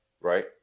right